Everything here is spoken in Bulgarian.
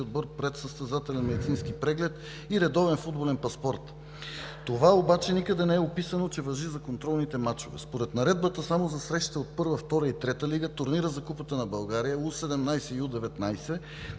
отбор предсъстезателен медицински преглед и редовен футболен паспорт. Това обаче никъде не е описано, че важи за контролните мачове. Според Наредбата само за срещите от Първа, Втора и Трета лига, турнира за Купата на България, U-17 и U-19